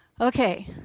Okay